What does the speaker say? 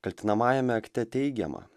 kaltinamajame akte teigiama